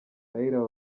raila